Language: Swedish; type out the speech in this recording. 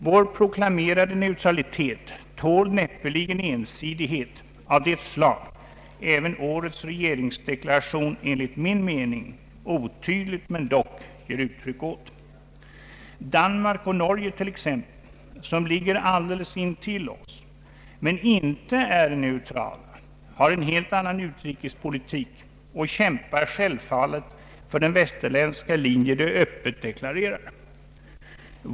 Vår proklamerade neutralitet tål näppeligen ensidighet av det slag även årets regeringsdeklaration enligt min mening — visserligen otydligt — ger uttryck åt. Danmark och Norge till exempel, som ligger alldeles intill oss men inte är neutrala, har en helt annan utrikespolitik och kämpar självfallet för den västerländska linje de öppet deklarerar.